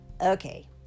Okay